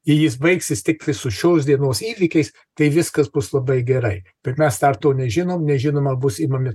ir jis baigsis tiktais su šios dienos įvykiais tai viskas bus labai gerai tik mes dar to nežinom nežinoma bus imami